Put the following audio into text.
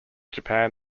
japan